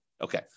Okay